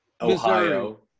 Ohio